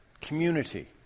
community